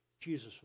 Jesus